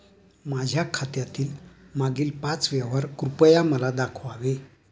माझ्या खात्यातील मागील पाच व्यवहार कृपया मला दाखवावे